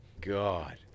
god